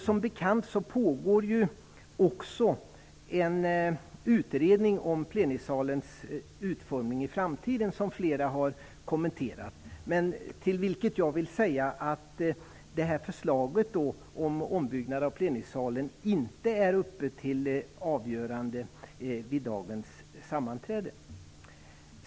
Som bekant pågår också en utredning om plenisalens utformning i framtiden - många har kommenterat det - men jag vill påpeka att förslaget om ombyggnad av plenisalen inte är uppe till avgörande vid dagens sammanträde.